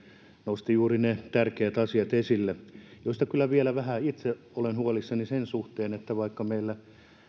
nosti esille juuri ne tärkeät asiat joista kyllä vielä vähän itse olen huolissani vaikka meillä